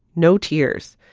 no tears.